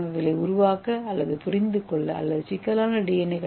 ஏ கட்டமைப்புகளை உருவாக்க அல்லது புரிந்துகொள்ள அல்லது சிக்கலான டி